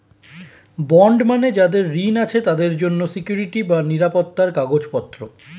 bond মানে যাদের ঋণ আছে তাদের জন্য সিকুইরিটি বা নিরাপত্তার কাগজপত্র